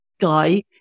guy